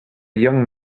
young